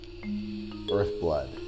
Earthblood